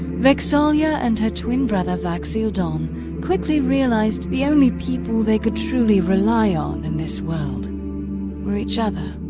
vex'ahlia and her twin brother vax'ildan quickly realized the only people they could truly rely on in this world were each other.